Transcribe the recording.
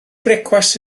brecwast